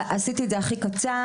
עשיתי את זה הכי קצר,